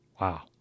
Wow